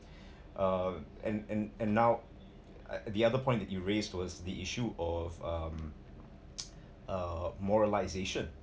uh and and and now the other point that you raised to us the issue of um uh moralization